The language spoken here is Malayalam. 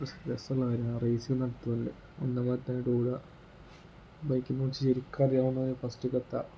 റിസ്ക് രസമുള്ള കാര്യമാണ് റേസ് നടത്തില്ലേ ഒന്ന് മറ്റേ ടൂറാ ബൈക്കിനെ കുറിച്ച് ശരിക്ക് അറിയാവുന്നേ ഫസ്റ്റിലേക്ക് എത്താം